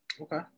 Okay